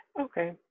Okay